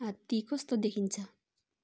हात्ती कस्तो देखिन्छ